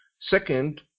Second